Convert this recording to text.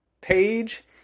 page